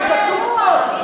זה כתוב פה.